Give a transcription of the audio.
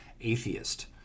atheist